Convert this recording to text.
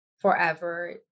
forever